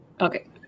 Okay